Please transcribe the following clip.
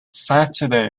saturday